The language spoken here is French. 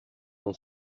ont